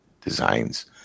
designs